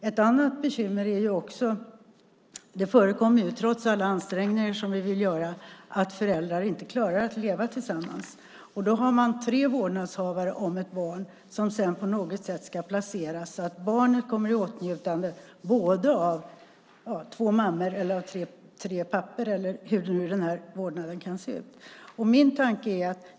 Ett annat bekymmer är att det, trots alla ansträngningar som vi vill göra, förekommer att föräldrar inte klarar att leva tillsammans. Då har man tre vårdnadshavare om ett barn som sedan på något sätt ska placeras så att barnet kommer i åtnjutande av två mammor, tre pappor eller hur den här vårdnaden kan se ut.